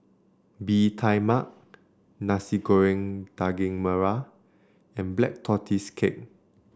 Bee Tai Mak Nasi Goreng Daging Merah and Black Tortoise Cake